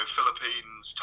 Philippines